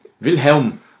Wilhelm